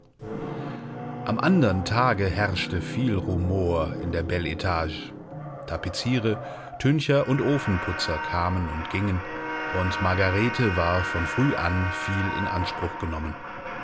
am andern tage herrschte viel rumor in der bel etage tapeziere tüncher und ofenputzer kamen und gingen und margarete war von früh an viel in anspruch genommen